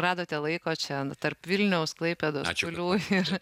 radote laiko čia tarp vilniaus klaipėdos šiaulių ir